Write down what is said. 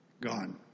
gone